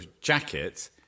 jacket